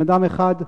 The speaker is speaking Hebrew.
בן-אדם אחד,